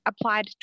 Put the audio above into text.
applied